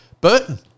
Burton